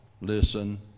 listen